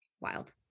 wild